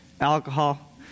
alcohol